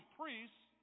priests